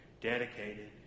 dedicated